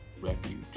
Refuge